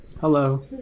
Hello